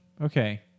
Okay